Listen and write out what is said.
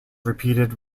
repeated